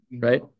Right